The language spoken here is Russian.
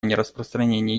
нераспространении